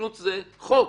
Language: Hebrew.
ההתיישנות זה חוק.